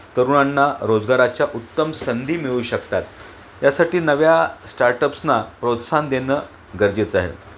तरुणांना रोजगाराच्या उत्तम संधी मिळू शकतात यासाठी नव्या स्टार्टअप्सना प्रोत्साहन देणं गरजेचं आहे